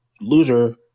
loser